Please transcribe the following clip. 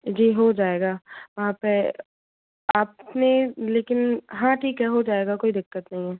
जी हो जाएगा आप आप ने लेकिन हाँ ठीक है हो जाएगा कोई दिक्कत नहीं है